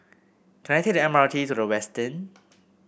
can I take the M R T to The Westin